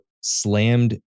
slammed